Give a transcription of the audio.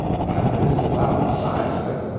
that is about the size of it.